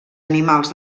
animals